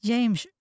James